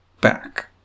back